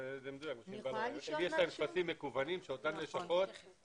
יש להם טפסים מקוונים שאותן לשכות